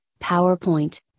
PowerPoint